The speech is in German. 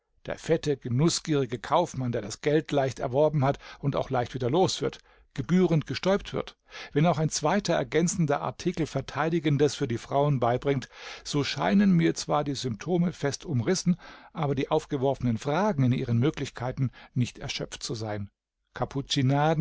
der fette genußgierige kaufmann der das geld leicht erworben hat und auch leicht wieder los wird gebührend gestäupt wird wenn auch ein zweiter ergänzender artikel verteidigendes für die frauen beibringt so scheinen mir zwar die symptome fest umrissen aber die aufgeworfenen fragen in ihren möglichkeiten nicht erschöpft zu sein